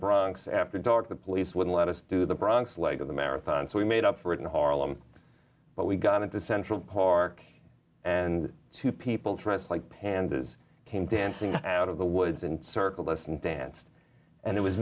bronx after dark the police would let us do the bronx leg of the marathon so we made up for it in harlem but we got into central park and two people dressed like pandas came dancing out of the woods and circled us and danced and it was